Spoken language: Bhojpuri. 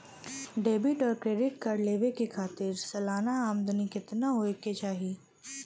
डेबिट और क्रेडिट कार्ड लेवे के खातिर सलाना आमदनी कितना हो ये के चाही?